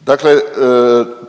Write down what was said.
Dakle